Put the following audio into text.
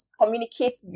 communicate